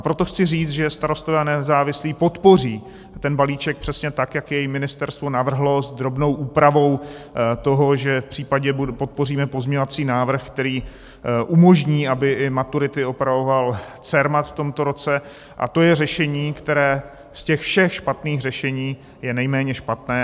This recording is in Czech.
Proto chci říct, že Starostové a nezávislí podpoří ten balíček přesně tak, jak jej ministerstvo navrhlo, s drobnou úpravou toho, že případně podpoříme pozměňovací návrh, který umožní, aby i maturity opravoval Cermat v tomto roce, a to je řešení, které ze všech špatných řešení je nejméně špatné.